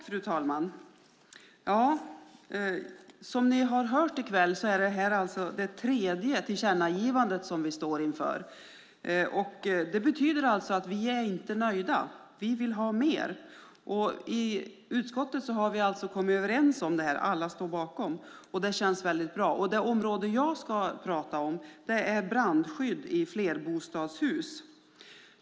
Fru talman! Som ni har hört i kväll är detta alltså det tredje tillkännagivandet som vi står inför. Det betyder alltså att vi inte är nöjda. Vi vill ha mer. I utskottet har vi alltså kommit överens om detta. Alla står bakom det. Det känns väldigt bra. Det område som jag ska tala om är brandskydd i flerbostadshus.